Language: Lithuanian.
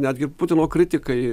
netgi ir putino kritikai